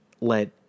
let